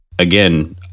again